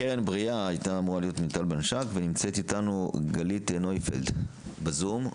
קרן בריאה, נמצאת אתנו גלית נויפלד בזום.